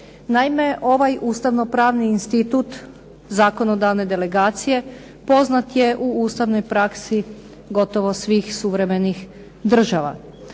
Naime, ovaj ustavno pravni institut zakonodavne delegacije, poznat je u ustavnoj praksi gotovo svih suvremenih država.